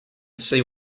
see